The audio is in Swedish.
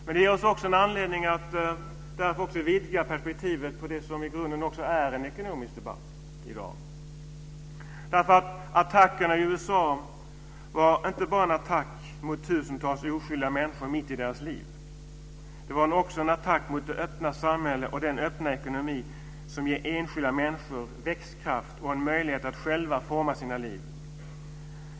Det ger oss också anledning att vidga perspektivet på det som i grunden är en ekonomisk debatt i dag. Attacken i USA var inte bara en attack mot tusentals oskyldiga människor mitt i deras liv. Det var också en attack mot det öppna samhälle och den öppna ekonomi som ger enskilda människor växtkraft och möjlighet att själva forma sina liv.